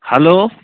hello